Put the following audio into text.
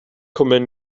kommer